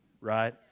Right